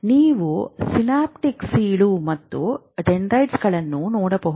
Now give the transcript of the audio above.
ನೀವು ಸಿನಾಪ್ಟಿಕ್ ಸೀಳು ಮತ್ತು ಡೆಂಡ್ರೈಟ್ಗಳನ್ನು ನೋಡಬಹುದು